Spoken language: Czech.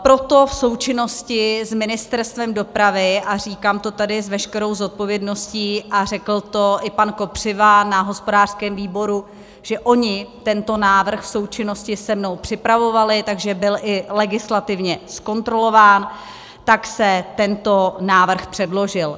Proto v součinnosti s Ministerstvem dopravy a říkám to tady s veškerou zodpovědností a řekl to i pan Kopřiva na hospodářském výboru, že oni tento návrh v součinnosti se mnou připravovali, takže byl i legislativně zkontrolován se tento návrh předložil.